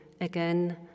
again